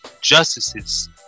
justices